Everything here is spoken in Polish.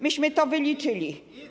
Myśmy to wyliczyli.